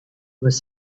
was